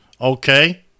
okay